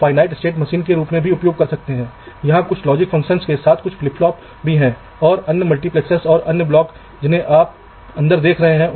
यह 3 बिंदु हैं जो मुझे VDD के लिए कनेक्ट करने हैं और ये 4 बिंदु हैं ग्राउंड से जोड़ने है